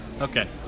Okay